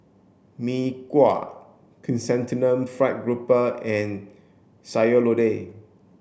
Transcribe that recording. Mee Kuah chrysanthemum fried Garoupa and Sayur Lodeh